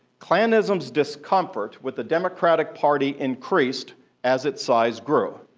klanism's discomfort with the democratic party increased as its size grew.